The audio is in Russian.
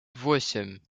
восемь